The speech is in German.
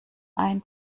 ein